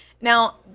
Now